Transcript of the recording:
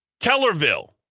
Kellerville